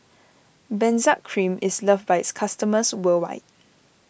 Benzac Cream is loved by its customers worldwide